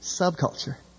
subculture